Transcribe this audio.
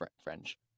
french